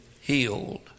healed